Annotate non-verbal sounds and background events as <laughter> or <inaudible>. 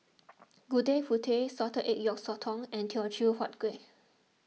<noise> Gudeg Putih Salted Egg Yolk Sotong and Teochew Huat Kueh